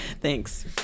thanks